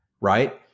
Right